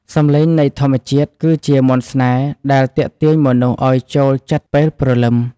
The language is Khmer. សំឡេងនៃធម្មជាតិគឺជាមន្តស្នេហ៍ដែលទាក់ទាញមនុស្សឱ្យចូលចិត្តពេលព្រលឹម។